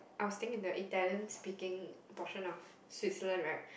I was staying in the Italian speaking portion of Switzerland right